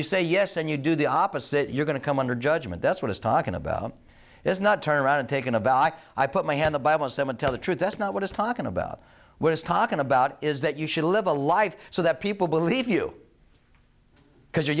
you say yes and you do the opposite you're going to come under judgment that's what he's talking about is not turned around and taken aback i put my hand the bible seven tell the truth that's not what is talking about what is talking about is that you should live a life so that people believe you because you